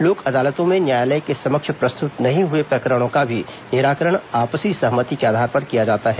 लोक अदालतों में न्यायालय के समक्ष प्रस्तुत नहीं हुए प्रकरणों का भी निराकरण आपसी सहमति के आधार पर किया जाता है